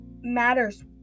matters